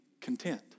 content